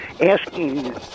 asking